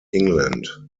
england